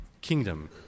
Kingdom